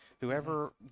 whoever